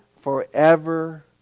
forever